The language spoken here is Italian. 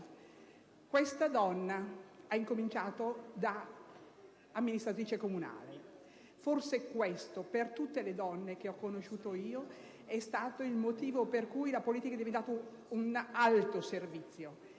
Svevo ha incominciato da amministratrice comunale, e forse questo - come per altre donne che ho conosciuto - è stato il motivo per cui la politica è diventata un alto servizio,